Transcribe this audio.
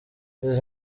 ibi